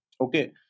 Okay